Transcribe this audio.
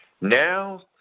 Now